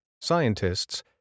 Scientists